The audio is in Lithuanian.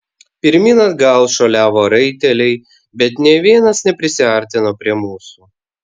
pirmyn atgal šuoliavo raiteliai bet nė vienas neprisiartino prie mūsų